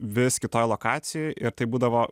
vis kitoj lokacijoj ir tai būdavo